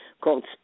called